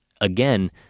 again